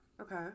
Okay